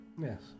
Yes